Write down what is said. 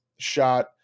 shot